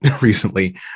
recently